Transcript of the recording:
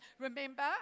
Remember